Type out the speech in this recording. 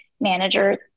manager